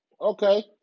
Okay